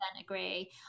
agree